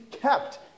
kept